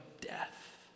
death